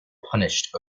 punished